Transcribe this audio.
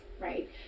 right